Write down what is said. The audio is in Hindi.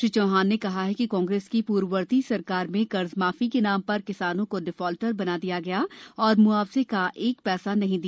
श्री चौहान ने कहा कि कांग्रेस की पूर्वर्ती सरकार में कर्जमाफी के नाम पर किसानों को डिफाल्टर बना दिया और म्आवजे का एक पैसा नहीं दिया